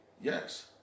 yes